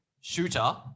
shooter